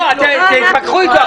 כן.